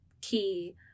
key